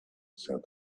said